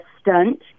stunt